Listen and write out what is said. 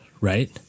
right